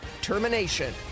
TERMINATION